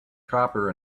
copper